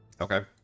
Okay